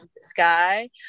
sky